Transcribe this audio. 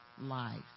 life